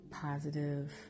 positive